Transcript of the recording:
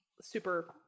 super